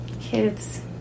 kids